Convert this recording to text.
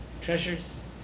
treasures